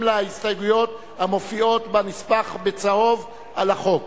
להסתייגויות המופיעות בנספח בצהוב על החוק.